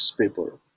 paper